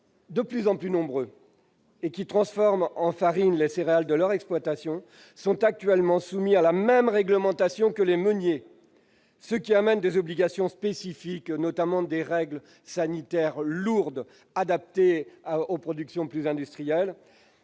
de plus en plus nombreux, qui transforment en farine les céréales de leur exploitation sont actuellement soumis à la même réglementation que les meuniers, ce qui entraîne des obligations spécifiques, notamment des règles sanitaires lourdes davantage adaptées aux productions industrielles.